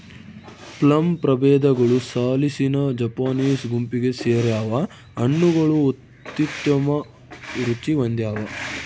plum ಪ್ರಭೇದಗಳು ಸಾಲಿಸಿನಾ Japanese ಗುಂಪಿಗೆ ಸೇರ್ಯಾವ ಹಣ್ಣುಗಳು ಅತ್ಯುತ್ತಮ ರುಚಿ ಹೊಂದ್ಯಾವ